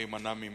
להימנע ממנה.